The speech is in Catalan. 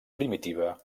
primitiva